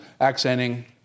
accenting